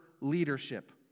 leadership